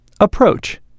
Approach